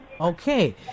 Okay